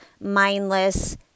mindless